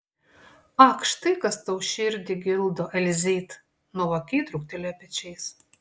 ak štai kas tau širdį gildo elzyt nuovokiai trūktelėjo pečiais